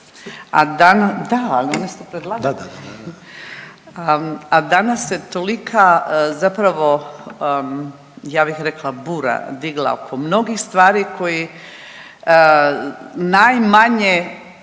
Da, da, da, da/…, a danas se tolika zapravo ja bih rekla bura digla oko mnogih stvari koji najmanje